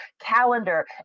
calendar